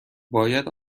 باید